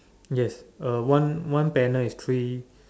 yes uh one one banner is three